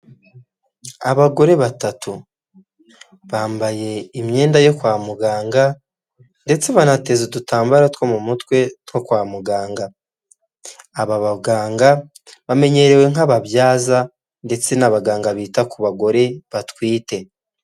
Abagore batatu bambaye imyenda yo kwa muganga ndetse banateza udutambaro two mu m'utwe two kwa muganga aba baganga bamenyerewe nk'ababyaza ndetse n'abaganga bita ku bagore batwite.